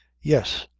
yes!